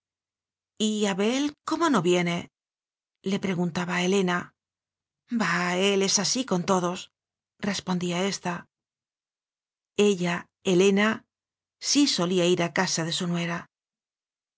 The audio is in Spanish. la misma ver sión y abel cómo no viene le preguntaba a helena bah él es así con todos respondía ésta ella helena sí solía ir a casa de su nuera